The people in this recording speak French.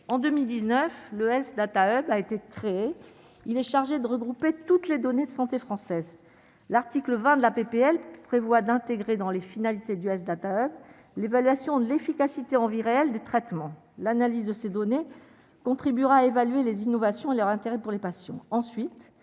en 2019 le ES Data Hub a été créé, il est chargé de regrouper toutes les données de santé française, l'article 20 de la PPL prévoit d'intégrer dans les finalités du l'évaluation de l'efficacité envie réelle de traitement. L'analyse de ces données contribuera à évaluer les innovations leur intérêt pour les patients,